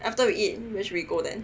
after we eat where should we go then